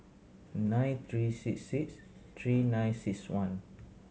nine three six six three nine six one